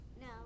No